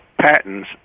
patents